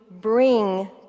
bring